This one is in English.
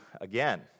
again